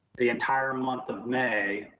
the entire month of may